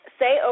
say